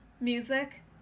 music